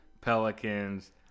Pelicans